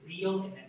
real